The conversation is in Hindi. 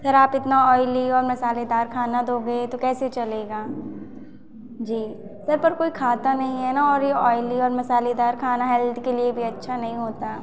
सर आप इतना ऑयली और मसालेदार खाना दोगे तो कैसे चलेगा जी सर पर कोई खाता नहीं है ना ऑयली और मसालेदार खाना हेल्थ के लिए भी खाना अच्छा नहीं होता